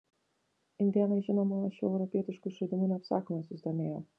indėnai žinoma šiuo europietišku išradimu neapsakomai susidomėjo